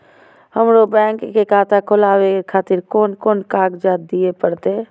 हमरो बैंक के खाता खोलाबे खातिर कोन कोन कागजात दीये परतें?